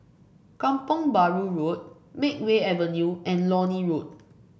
Kampong Bahru Road Makeway Avenue and Lornie Road